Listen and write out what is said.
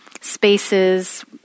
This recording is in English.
spaces